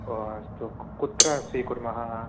ओ अस्तु कुत्र स्वीकुर्मः